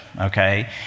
Okay